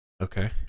Okay